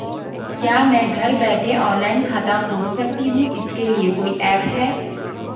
क्या मैं घर बैठे ऑनलाइन खाता खोल सकती हूँ इसके लिए कोई ऐप है?